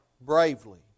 bravely